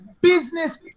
business